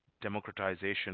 democratization